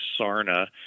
Sarna